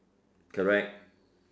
correct